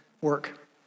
work